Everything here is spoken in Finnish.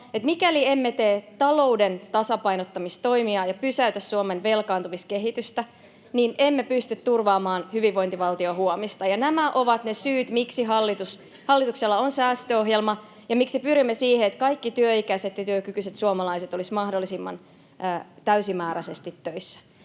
Mikäli emme tee talouden tasapainottamistoimia ja pysäytä Suomen velkaantumiskehitystä, emme pysty turvaamaan hyvinvointivaltion huomista. Nämä ovat ne syyt, [Jussi Saramon välihuuto] miksi hallituksella on säästöohjelma ja miksi pyrimme siihen, että kaikki työikäiset ja työkykyiset suomalaiset olisivat mahdollisimman täysimääräisesti töissä.